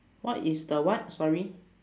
what is the what sorry